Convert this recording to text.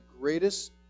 greatest